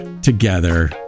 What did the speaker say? together